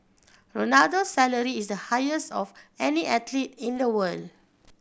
Ronaldo's salary is the highest of any athlete in the world